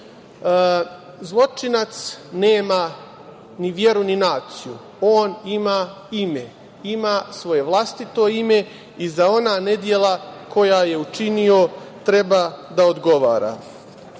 nema. Zločinac nema ni veru ni naciju. On ima ime. Ima svoje vlastito ime i za ona nedela koja je učinio treba da odgovara.